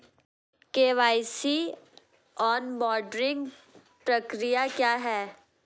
KYC onboarding प्रक्रिया क्या है?